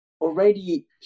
already